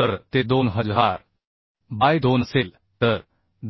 तर ते 2000 बाय 2 असेल तर